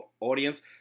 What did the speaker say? audience